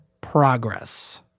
progress